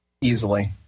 easily